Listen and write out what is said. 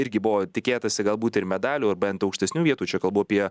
irgi buvo tikėtasi galbūt ir medalių ar bent aukštesnių vietų čia kalbu apie